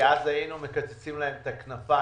כי אז היינו מקצצים להם את הכנפיים.